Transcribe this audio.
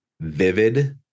vivid